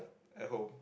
at home